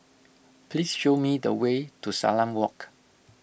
please show me the way to Salam Walk